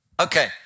Okay